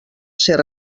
ser